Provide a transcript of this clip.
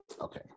Okay